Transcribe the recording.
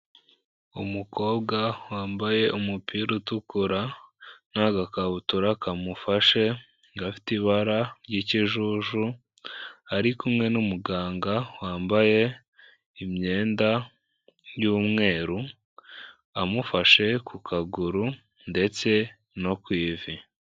Umukobwa wambaye umupira utukura n'agakabutura kamufashe gafite ibara ry'ikijuju, ari kumwe n'umuganga wambaye imyenda y'umweru amufashe ku kaguru ndetse no ku ivi.